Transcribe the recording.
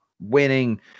winning